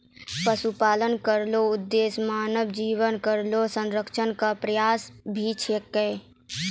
पशुपालन केरो उद्देश्य मानव जीवन केरो संरक्षण क प्रयास भी छिकै